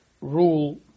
rule